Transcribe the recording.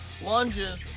lunges